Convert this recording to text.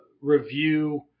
review